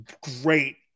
Great